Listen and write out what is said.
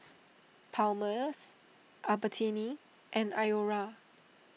Palmer's Albertini and Iora